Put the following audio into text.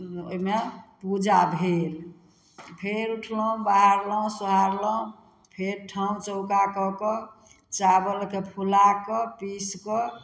ओहिमे पूजा भेल फेर उठलहुँ बहारलहुँ सोहारलहुँ फेर ठाँउ चौका कऽ कऽ चावलके फूला कऽ पीस कऽ